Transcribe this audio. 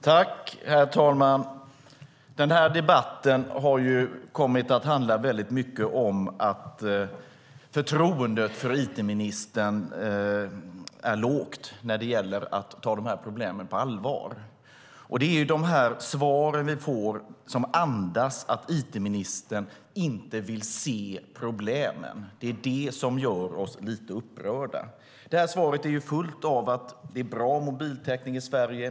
Herr talman! Den här debatten har kommit att handla väldigt mycket om att förtroendet för it-ministern är lågt när det gäller att ta de här problemen på allvar. Det är de här svaren vi får, som andas att it-ministern inte vill se problemen. Det är det som gör oss lite upprörda. Det här svaret är fullt av att det är bra mobiltäckning i Sverige.